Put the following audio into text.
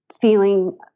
feeling